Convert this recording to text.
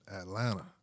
Atlanta